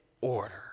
order